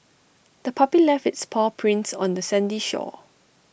the puppy left its paw prints on the sandy shore